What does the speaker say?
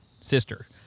sister